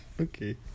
Okay